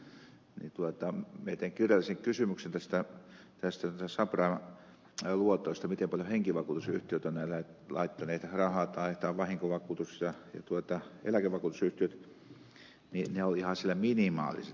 minä tein kirjallisen kysymyksen näistä subprime luotoista miten paljon henkivakuutusyhtiöt ovat näille laittaneet rahaa tai vahinkovakuutus ja eläkevakuutusyhtiöt ja ne ovat siellä ihan minimaaliset